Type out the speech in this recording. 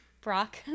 Brock